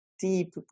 deep